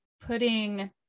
putting